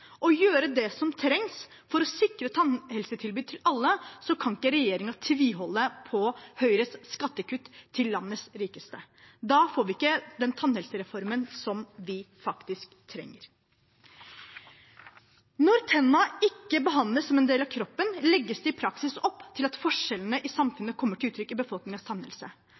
gjøre det som trengs for å sikre et tannhelsetilbud til alle, kan ikke regjeringen tviholde på Høyres skattekutt til landets rikeste. Da får vi ikke den tannhelsereformen som vi faktisk trenger. Når tennene ikke behandles som en del av kroppen, legges det i praksis opp til at forskjellene i samfunnet kommer til uttrykk i